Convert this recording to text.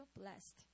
blessed